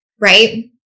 right